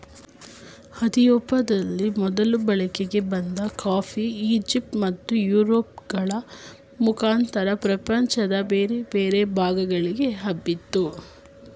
ಇತಿಯೋಪಿಯದಲ್ಲಿ ಮೊದಲು ಬಳಕೆಗೆ ಬಂದ ಕಾಫಿ ಈಜಿಪ್ಟ್ ಮತ್ತು ಯುರೋಪ್ ಗಳ ಮುಖಾಂತರ ಪ್ರಪಂಚದ ಬೇರೆ ಬೇರೆ ಭಾಗಗಳಿಗೆ ಹಬ್ಬಿತು